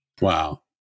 wow